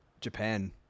Japan